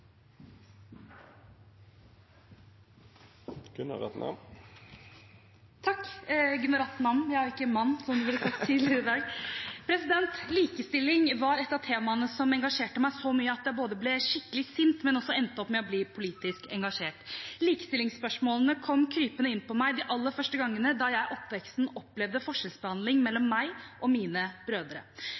Likestilling var et av temaene som engasjerte meg så mye at jeg ble skikkelig sint, men også endte opp med å bli politisk engasjert. Likestillingsspørsmålene kom krypende inn på meg de aller første gangene da jeg i oppveksten opplevde forskjellsbehandling mellom meg og mine brødre.